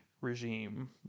regime